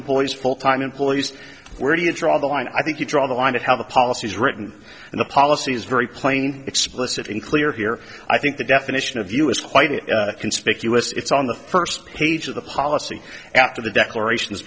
employees full time employees where do you draw the line i think you draw the line of how the policy is written and the policy is very plain explicit in clear here i think the definition of you is quite a conspicuous it's on the first page of the policy after the declaration